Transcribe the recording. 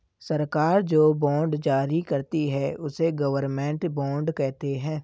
सरकार जो बॉन्ड जारी करती है, उसे गवर्नमेंट बॉन्ड कहते हैं